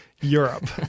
Europe